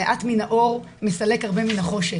מעט מן מהאור מסלק הרבה מן החושך.